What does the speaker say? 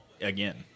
again